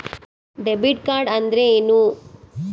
Debit card ಅಂದ್ರೇನು?